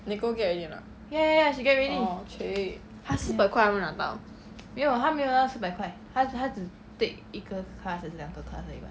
nicole get already or not orh !chey! 她四百块还没拿到